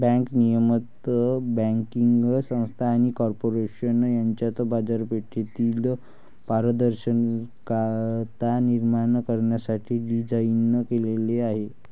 bank नियमन banking संस्था आणि कॉर्पोरेशन यांच्यात बाजारपेठेतील पारदर्शकता निर्माण करण्यासाठी डिझाइन केलेले आहे